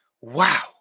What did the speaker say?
Wow